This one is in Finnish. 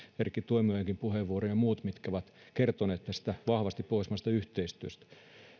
erkki tuomiojan puheenvuoron ja muiden ja ne ovat kertoneet tästä vahvasta pohjoismaisesta yhteistyöstä